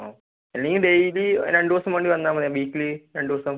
ഓ അല്ലെങ്കിൽ ഡെയ്ലി രണ്ടു ദിവസം വേണ്ടി വന്നാൽ മതി വീക്കിലി രണ്ടു ദിവസം